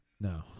No